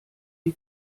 die